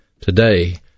today